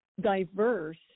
diverse